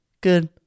Good